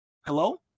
Hello